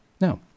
Now